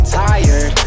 tired